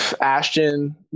Ashton